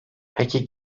peki